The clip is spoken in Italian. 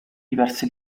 diverse